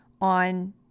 on